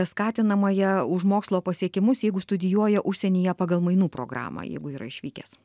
skatinamąją už mokslo pasiekimus jeigu studijuoja užsienyje pagal mainų programą jeigu yra išvykęs